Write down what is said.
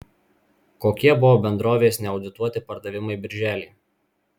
kokie buvo bendrovės neaudituoti pardavimai birželį